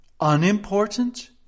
unimportant